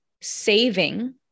Saving